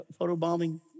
photobombing